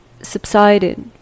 subsided